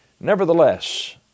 Nevertheless